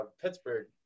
pittsburgh